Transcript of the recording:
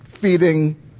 feeding